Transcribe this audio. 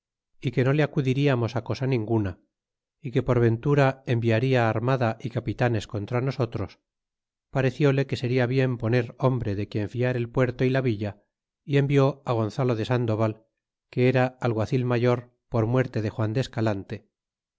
é que no le acudiriamos a cosa ninguna é que por ventura enviarla armada y capitanes contra nosotros parecile que seria bien poner hombre de quien fiar el puerto é la villa y envió gonzalo de sandoval que era alguacil mayor por muerte de juan de es